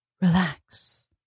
relax